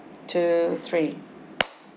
two three